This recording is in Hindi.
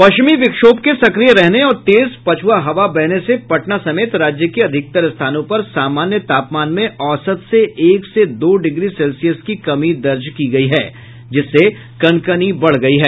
पश्चिमी विक्षोभ के सक्रिय रहने और तेज पछुआ हवा बहने से पटना समेत राज्य के अधिकतर स्थानों पर सामान्य तापमान में औसत से एक से दो डिग्री सेल्सियस की कमी दर्ज की गयी जिसके कनकनी बढ़ गयी है